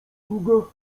druga